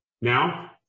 Now